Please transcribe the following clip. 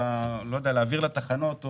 צריך להבהיר לתחנות,